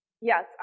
Yes